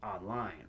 online